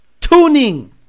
tuning